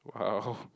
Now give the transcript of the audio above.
wow